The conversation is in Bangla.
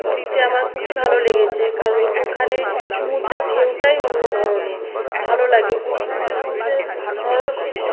পুরীতে আমার খুবই ভালো লেগেছে কারণ ওখানে সমুদ্রের ঢেউটাই অন্য ধরনের ভালো লাগে ওখানের মধ্যে ধরো সু